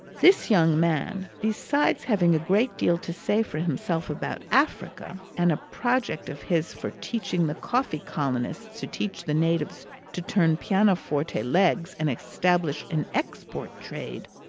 this young man, besides having a great deal to say for himself about africa and a project of his for teaching the coffee colonists to teach the natives to turn piano-forte legs and establish an export trade,